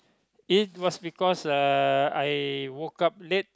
it was because uh I woke up late